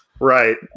Right